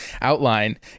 outline